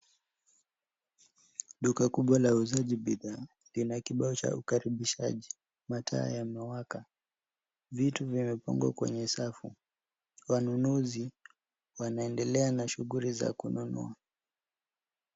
Duka kubwa la uuzaji bidhaa lina kibao cha ukaribishaji. Mataa yamewaka. Vitu vimepangwa kwenye safu. Wanunuzi wanaendelea na shughuli za kununua.